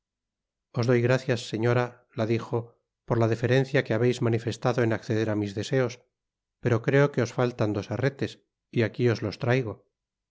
os doy gracias señora la dijo por la deferencia que habeis manifestado en acceder á mis deseos pero creo que os faltan dos herretes y aqui os los traigo